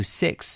six